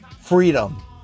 freedom